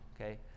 okay